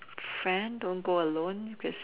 friend don't go alone because